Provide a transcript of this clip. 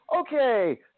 okay